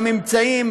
בממצאים,